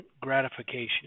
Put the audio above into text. gratification